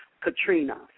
Katrina